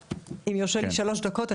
אם יורשו לי שלוש דקות.